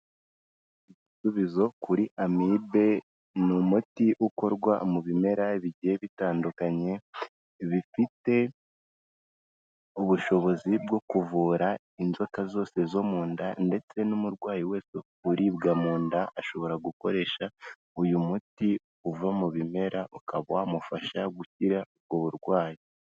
Igisubizo kuri amibe, ni umuti ukorwa mu bimera bigiye bitandukanye ,bifite, ubushobozi bwo kuvura inzoka zose zo munda ndetse n'umurwayi wese uribwa munda ashobora gukoresha uyu muti uva mu bimera ukaba wamufasha gukira uburwayi.